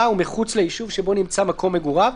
הוא מחוץ ליישוב שבו נמצא מקום מגוריו,